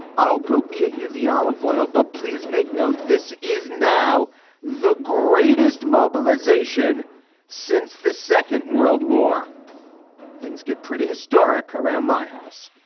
i'll go get you the olive oil. but please make note, this is now the greatest mobilization since the second world war things get pretty historic around my house.